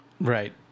Right